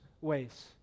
ways